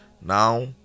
Now